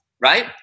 right